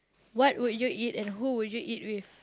what would you eat and who would you eat with